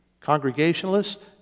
Congregationalists